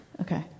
Okay